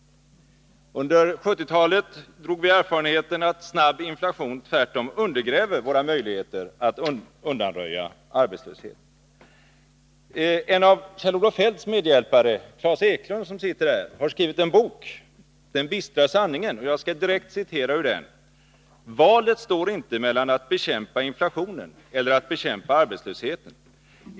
Under 1970-talet gjorde vi erfarenheten att snabb inflation tvärtom undergräver våra möjligheter att undanröja arbetslöshet. En av Kjell-Olof Feldts medhjälpare, Klas Eklund som sitter här, har skrivit en bok, Den bistra sanningen. Jag skall citera ur den: ”Valet står inte mellan att bekämpa inflationen eller att bekämpa arbetslösheten.